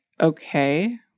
okay